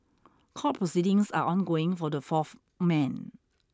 court proceedings are ongoing for the fourth men